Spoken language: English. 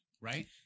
right